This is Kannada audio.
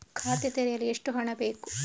ಖಾತೆ ತೆರೆಯಲು ಎಷ್ಟು ಹಣ ಹಾಕಬೇಕು?